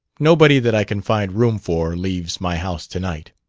nobody that i can find room for leaves my house tonight.